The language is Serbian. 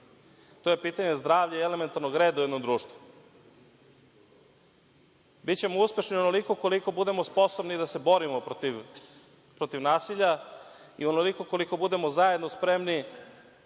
to je pitanje zdravlja, elementarnog reda u jednom društvu. Bićemo uspešni onoliko koliko budemo sposobni da se borimo protiv nasilja i onoliko koliko budemo zajedno spremni